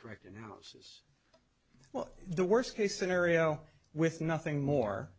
correct analysis well the worst case scenario with nothing more